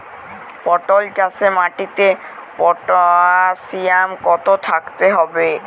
পটল চাষে মাটিতে পটাশিয়াম কত থাকতে হবে?